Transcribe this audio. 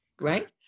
right